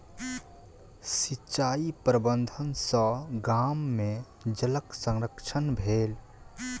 सिचाई प्रबंधन सॅ गाम में जलक संरक्षण भेल